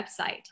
website